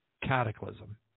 cataclysm